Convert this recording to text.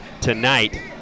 tonight